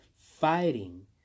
fighting